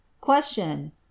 Question